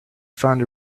found